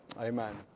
Amen